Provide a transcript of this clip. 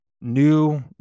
new